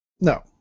No